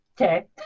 Okay